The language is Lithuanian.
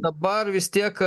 dabar vis tiek